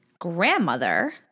grandmother